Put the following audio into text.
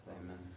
Amen